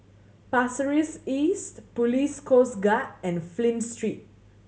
Pasir Ris East Police Coast Guard and Flint Street